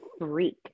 freak